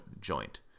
joint